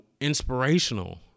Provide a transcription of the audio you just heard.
inspirational